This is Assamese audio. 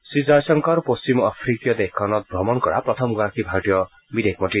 শ্ৰীজয়শংকৰ পশ্চিম আফ্ৰিকীয় দেশখনত ভ্ৰমণ কৰা প্ৰথমগৰাকী ভাৰতীয় বিদেশ মন্ত্ৰী